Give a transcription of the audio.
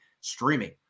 streaming